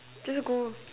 just go